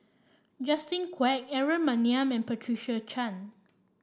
Justin Quek Aaron Maniam and Patricia Chan